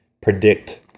predict